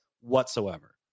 whatsoever